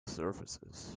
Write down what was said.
surfaces